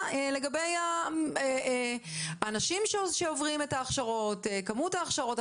לגבי האנשים שעוברים את ההכשרות וכמות ההכשרות.